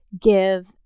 give